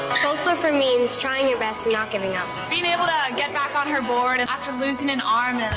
soul surfer means trying your best and not giving up. being able to get back on her board and after losing an